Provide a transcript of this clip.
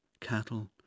cattle